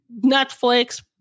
Netflix